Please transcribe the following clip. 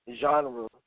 genre